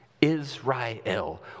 Israel